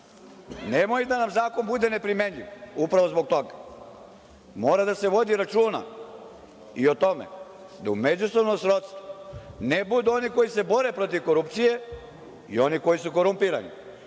Nemojte da nam zakon bude neprimenjiv, upravo zbog toga. Mora da se vodi računa i o tome da u međusobnom srodstvu ne budu oni koji se bore protiv korupcije i oni koji su korumpirani.